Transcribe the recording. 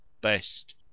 best